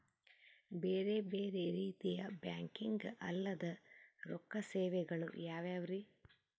ಬೇರೆ ಬೇರೆ ರೀತಿಯ ಬ್ಯಾಂಕಿಂಗ್ ಅಲ್ಲದ ರೊಕ್ಕ ಸೇವೆಗಳು ಯಾವ್ಯಾವ್ರಿ?